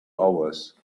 hours